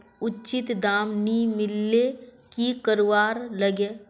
उचित दाम नि मिलले की करवार लगे?